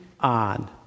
on